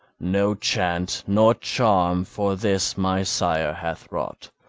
no chant nor charm for this my sire hath wrought.